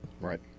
Right